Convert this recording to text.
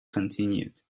continued